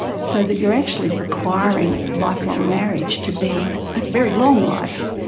so that you're actually requiring life-long marriage to be a very long life,